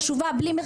יש